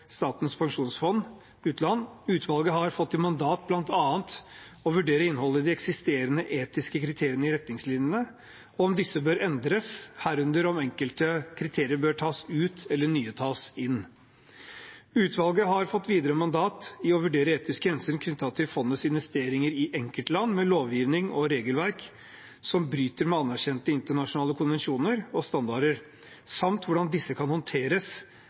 Statens pensjonsfond utland. Utvalget har bl.a. fått i mandat å vurdere innholdet i de eksisterende etiske kriteriene i retningslinjene og om disse bør endres, herunder om enkelte kriterier bør tas ut eller nye tas inn. Utvalget har videre fått i mandat å vurdere etiske hensyn knyttet til fondets investeringer i enkeltland med lovgivning og regelverk som bryter med anerkjente internasjonale konvensjoner og standarder, samt hvordan disse kan håndteres,